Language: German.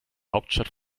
hauptstadt